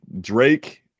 Drake